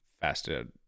fasted